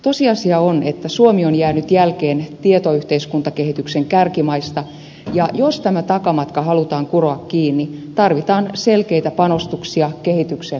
tosiasia on että suomi on jäänyt jälkeen tietoyhteiskuntakehityksen kärkimaista ja jos tämä takamatka halutaan kuroa kiinni tarvitaan selkeitä panostuksia kehityksen nopeuttamiseen